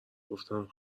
گفتم